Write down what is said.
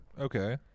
Okay